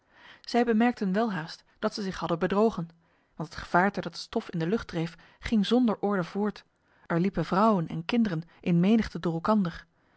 zij bemerkten welhaast dat zij zich hadden bedrogen want het gevaarte dat het stof in de lucht dreef ging zonder orde voort er liepen vrouwen en kinderen in menigte door elkander